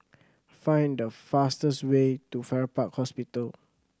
find the fastest way to Farrer Park Hospital